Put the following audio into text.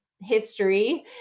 history